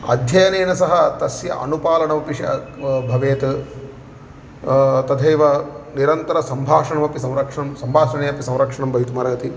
अध्ययनेन सह तस्य अनुपालनमपि भवेत् तथैव निरन्तर संभाषणमपि संरक्षणं संभाषणे अपि संरक्षणं भवितुमर्हति